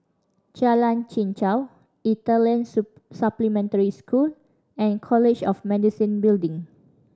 Jalan Chichau Italian Supplementary School and College of Medicine Building